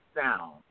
sound